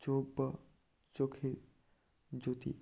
চোখ বা চোখে জ্যোতি